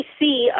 see